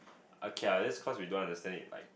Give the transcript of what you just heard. okay ah just cause we don't understand it like